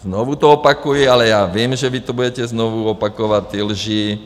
Znovu to opakuji, ale já vím, že vy to budete znovu opakovat, ty lži.